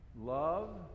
love